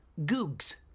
Googs